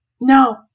No